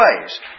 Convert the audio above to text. ways